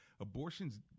Abortions